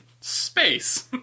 Space